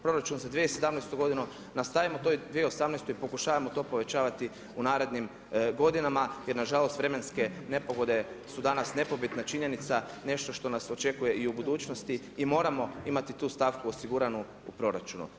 Proračun za 2017.g. nastavimo to i u 2018. i pokušavajmo to povećavati u narednim godinama, jer nažalost vremenske nepogode su danas nepobitna činjenica, nešto što nas očekuje i u budućnosti i moramo imati tu stavku osiguranu u proračunu.